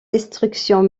destruction